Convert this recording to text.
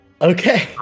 Okay